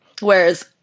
whereas